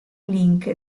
link